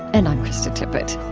and i'm krista tippett